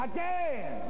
Again